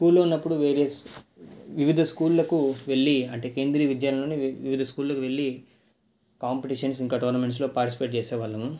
స్కూల్లో ఉన్నప్పుడు వేరే వివిధ స్కూళ్ళకు వెళ్ళి అంటే కేంద్రీయ విద్యాలయంలోనే వి వివిధ స్కూళ్ళకు వెళ్ళి కాంపిటీషన్స్ ఇంకా టోర్నమెంట్స్లో పాటిస్పేట్ చేసేవాళ్ళము